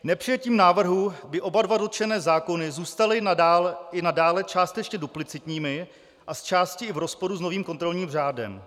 Nepřijetím návrhu by oba dva dotčené zákony zůstaly i nadále částečně duplicitními a zčásti i v rozporu s novým kontrolním řádem.